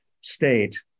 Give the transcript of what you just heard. state